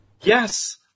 Yes